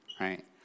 right